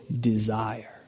desire